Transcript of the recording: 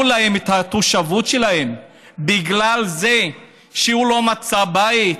להם את התושבות שלהם בגלל שהוא לא מצא בית